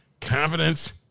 confidence